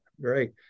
great